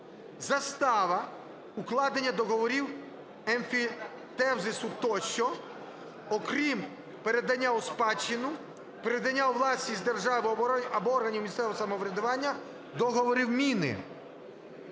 застава укладення договорів емфітевзису тощо, крім передання у спадщину, передання у власність держави або органів місцевого самоврядування договорів міни).